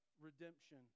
redemption